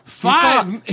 Five